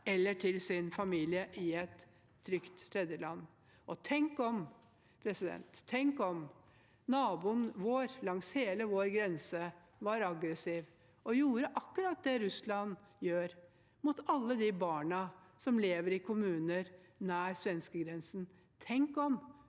eller til sin familie i et trygt tredjeland. Tenk om naboen vår langs hele vår grense var aggressiv og gjorde akkurat det Russland gjør, mot alle de barna som lever i kommuner nær svenskegrensen. Tenk om!